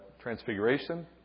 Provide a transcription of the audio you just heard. transfiguration